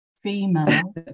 female